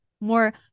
More